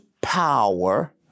power